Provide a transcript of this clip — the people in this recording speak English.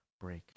break